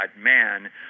man